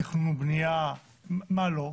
תכנון ובנייה, מה לא?